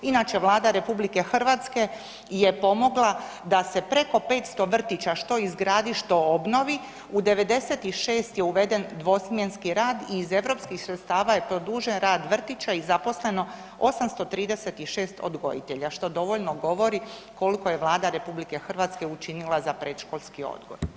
Inače Vlada RH je pomogla da se preko 500 vrtića što izgradi, što obnovi, u 96 je uveden dvosmjenski rad i iz europskih sredstava je produžen rad vrtića i zaposleno 836 odgojitelja što dovoljno govori koliko je Vlada RH učinila za predškolski odgoj.